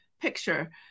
picture